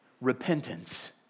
Repentance